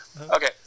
Okay